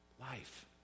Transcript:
Life